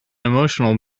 emotional